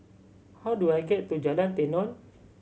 how do I get to Jalan Tenon